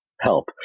help